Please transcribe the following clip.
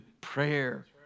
prayer